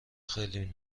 خیلی